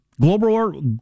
Global